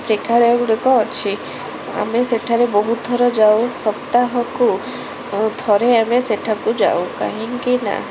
ପ୍ରୀଠାଲୟଗୁଡ଼ିକ ଅଛି ଆମେ ସେଠାରେ ବହୁତ ଥର ଯାଉ ସପ୍ତାହକୁ ଥରେ ଆମେ ସେଠାକୁ ଯାଉ କାହିଁକିନା